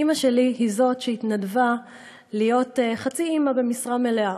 אימא שלי היה זאת שהתנדבה להיות חצי אימא במשרה מלאה,